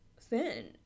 thin